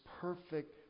perfect